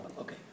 Okay